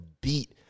beat